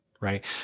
right